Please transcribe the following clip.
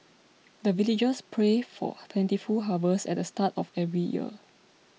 the villagers pray for plentiful harvest at the start of every year